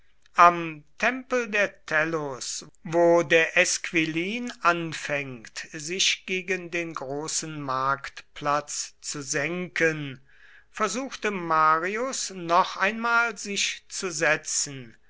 am tempel der tellus wo der esquilin anfängt sich gegen den großen marktplatz zu senken versuchte marius noch einmal sich zu setzen